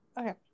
Okay